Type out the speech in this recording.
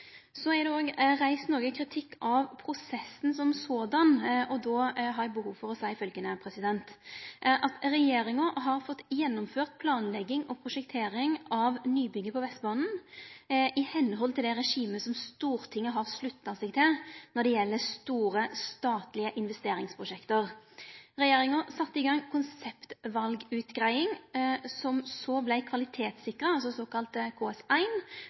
Så har det òg vore reist kritikk av prosessen i seg sjølv, og då har eg behov for å seie følgjande: Regjeringa har fått gjennomført planlegging og prosjektering av nybygget på Vestbanen i samsvar med det regimet som Stortinget har slutta seg til når det gjeld store, statlege investeringsprosjekt. Regjeringa sette i gang ei konseptvalutgreiing som vart kvalitetssikra – såkalla